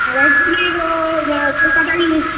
আর একজনেরও কলকাতায়ই হয়েছে